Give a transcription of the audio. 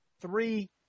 three